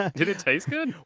ah did it taste good?